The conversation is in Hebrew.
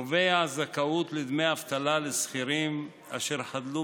קובע זכאות לדמי אבטלה לשכירים אשר חדלו